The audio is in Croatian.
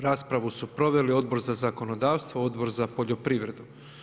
Raspravu su proveli Odbor za zakonodavstvo, Odbor za poljoprivredu.